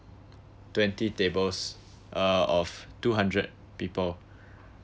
twenty tables uh of two hundred people